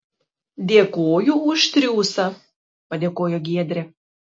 dėkoju už triūsą padėkojo giedrė